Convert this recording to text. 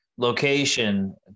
location